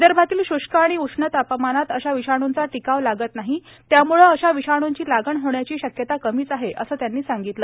विदर्भातील शुष्क आणि उष्ण तापमानात अशा विषाणूंचा टिकाव लागत नाही आणि अशा विषाणूंची लागण होण्याची शक्यता कमीच आहे असं त्यांनी सांगितलं